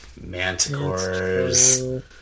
Manticores